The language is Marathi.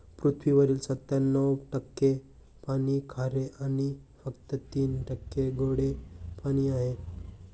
पृथ्वीवरील सत्त्याण्णव टक्के पाणी खारे आणि फक्त तीन टक्के गोडे पाणी आहे